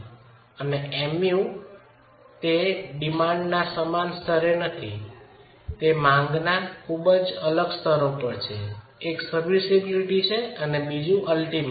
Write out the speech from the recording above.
અને Mu તેઓ માંગના સમાન સ્તરે નથી તેઓ માંગના ખૂબ જ અલગ સ્તરો પર છે એક સર્વિસિબિલિટી છે અને બીજો અંતિમ છે